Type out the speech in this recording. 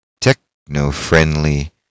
techno-friendly